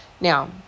Now